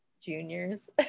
juniors